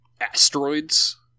asteroids